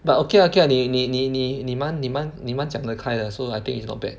but okay lah okay lah 你你你你你满你满你满讲的开的 so I think it's not bad